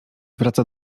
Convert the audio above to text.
wraca